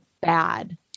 bad